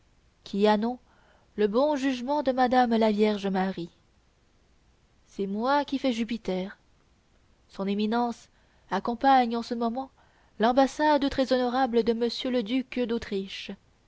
qui a nom le bon jugement de madame la vierge marie c'est moi qui fais jupiter son éminence accompagne en ce moment l'ambassade très honorable de monsieur le duc d'autriche